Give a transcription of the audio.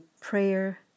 prayer